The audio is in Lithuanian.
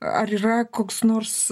ar yra koks nors